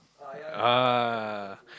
ah